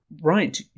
Right